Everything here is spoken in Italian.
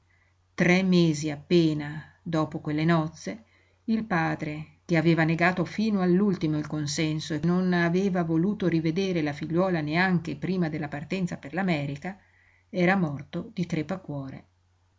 tre mesi appena dopo quelle nozze il padre che aveva negato fino all'ultimo il consenso e non aveva voluto rivedere la figliuola neanche prima della partenza per l'america era morto di crepacuore